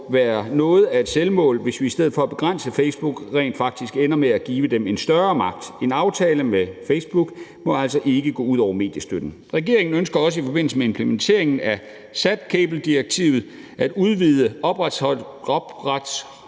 være noget af et selvmål, hvis vi i stedet for at begrænse Facebook rent faktisk ender med at give dem en større magt. En aftale med Facebook må altså ikke gå ud over mediestøtten. Regeringen ønsker også i forbindelse med implementeringen af SatCabII-direktivet at udvide